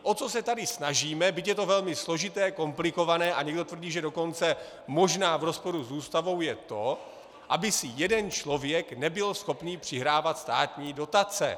O co se tady snažíme, byť je to velmi složité, komplikované a někdo tvrdí, že dokonce možná v rozporu s Ústavou, je to, aby si jeden člověk nebyl schopen přihrávat státní dotace.